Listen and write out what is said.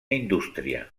indústria